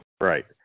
right